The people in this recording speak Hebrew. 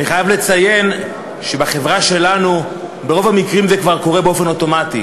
אני חייב לציין שבחברה שלנו ברוב המקרים זה כבר קורה באופן אוטומטי,